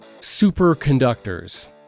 superconductors